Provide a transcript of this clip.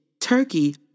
turkey